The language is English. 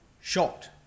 shocked